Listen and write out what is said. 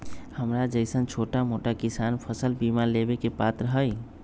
हमरा जैईसन छोटा मोटा किसान फसल बीमा लेबे के पात्र हई?